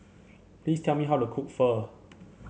please tell me how to cook Pho